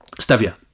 Stevia